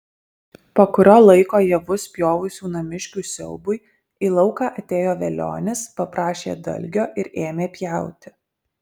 po kurio laiko javus pjovusių namiškių siaubui į lauką atėjo velionis paprašė dalgio ir ėmė pjauti